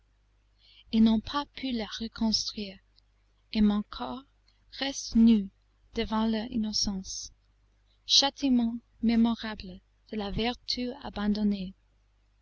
ils n'ont pas pu la reconstruire et mon corps reste nu devant leur innocence châtiment mémorable de la vertu abandonnée